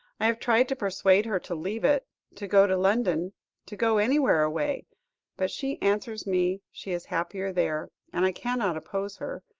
i have tried to persuade her to leave it to go to london to go anywhere away but she answers me she is happier there, and i cannot oppose her.